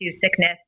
sickness